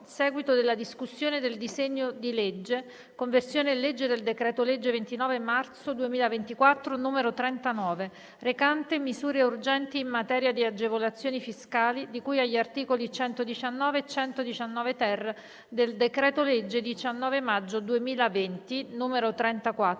stessa, per il disegno di legge: "Conversione in legge del decreto-legge 29 marzo 2024, n. 39, recante misure urgenti in materia di agevolazioni fiscali di cui agli articoli 119 e 119-*ter* del decreto-legge 19 maggio 2020, n. 34,